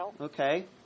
Okay